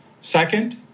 Second